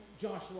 Joshua